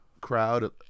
crowd